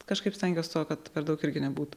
kažkaip stengiuos tuo kad per daug irgi nebūtų